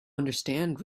understand